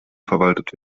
verwaltet